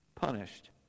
punished